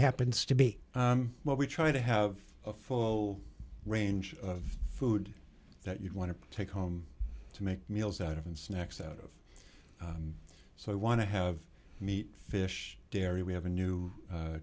happens to be what we try to have a full range of food that you want to take home to make meals out of and snacks out of so i want to have meat fish dairy we have a new